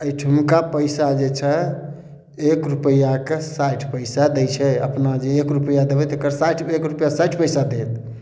एहिठुमका पइसा जे छै एक रुपैआ के साठि पइसा दै छै अपना जे एक रुपैआ देबै तऽ एकर साठि एक रुपैआ साठि पइसा देत